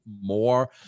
more